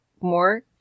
more